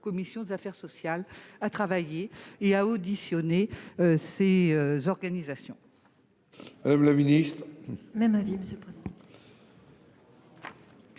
commission des affaires sociales de travailler et d'auditionner ces organismes.